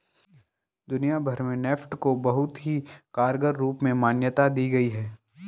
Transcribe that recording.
दुनिया भर में नेफ्ट को बहुत ही कारगर रूप में मान्यता दी गयी है